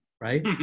right